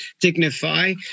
Dignify